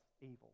evil